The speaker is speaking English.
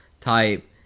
type